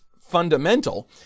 fundamental